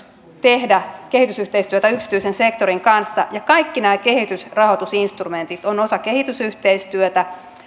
tehdä kehitysyhteistyötä yksityisen sektorin kanssa kaikki nämä kehitysrahoitusinstrumentit ovat osa kehitysyhteistyötä